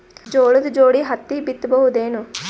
ಜೋಳದ ಜೋಡಿ ಹತ್ತಿ ಬಿತ್ತ ಬಹುದೇನು?